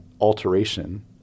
alteration